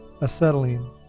acetylene